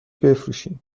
بفروشین